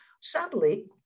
sadly